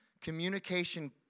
communication